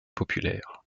populaire